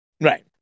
right